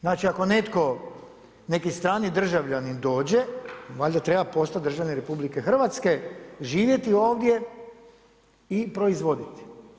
Znači ako netko, neki strani državljanin dođe valjda treba postati državljanin RH, živjeti ovdje i proizvoditi.